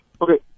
Okay